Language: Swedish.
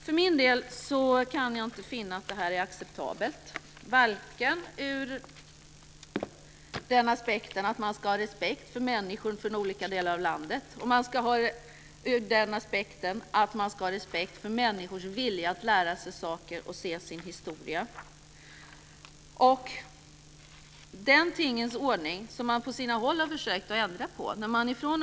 För min del kan jag inte finna att detta är acceptabelt, varken ur den aspekten att man ska ha respekt för människor från olika delar av landet eller ur den aspekten att man ska ha respekt för människors vilja att lära sig saker och se sin historia. Denna tingens ordning har man på sina håll försökt att ändra på.